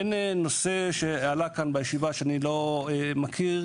אין נושא שעלה כאן בישיבה שאני לא מכיר,